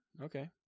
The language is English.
okay